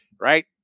right